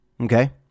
Okay